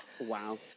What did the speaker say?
Wow